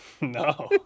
No